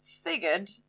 figured